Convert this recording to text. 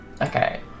Okay